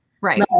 right